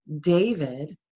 David